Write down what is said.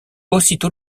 aussitôt